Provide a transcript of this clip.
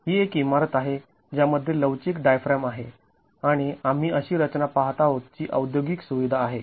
ही एक इमारत आहे ज्यामध्ये लवचिक डायफ्रॅम आहे आणि आम्ही अशी रचना पाहत आहोत जी औद्योगिक सुविधा आहे